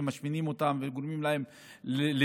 שמשמינים אותם וגורמים לסוכרת,